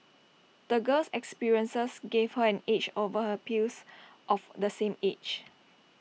the girl's experiences gave her an edge over her peers of the same age